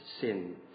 sin